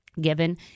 given